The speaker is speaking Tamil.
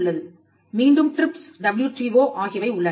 மீண்டும் டிரிப்ஸ் WTO ஆகியவை உள்ளன